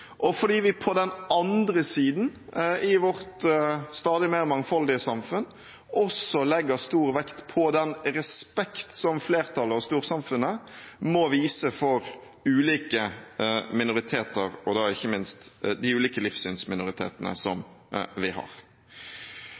og fordi vi på den andre siden, i vårt stadig mer mangfoldige samfunn, også legger stor vekt på den respekt som flertallet og storsamfunnet må vise for ulike minoriteter, ikke minst de ulike livssynsminoritetene som vi har.